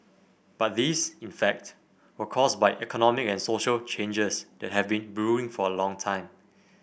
but these in fact were caused by economic and social changes that have been brewing for a long time